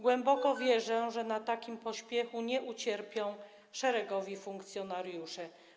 Głęboko wierzę, że na takim pośpiechu nie ucierpią szeregowi funkcjonariusze.